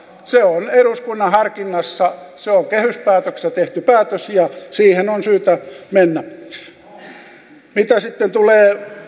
se on eduskunnan harkinnassa se on kehyspäätöksessä tehty päätös ja siihen on syytä mennä mitä sitten tulee